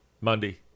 Monday